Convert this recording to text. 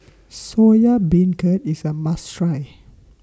Soya Beancurd IS A must Try